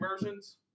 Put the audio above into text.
versions